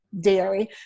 dairy